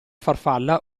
farfalla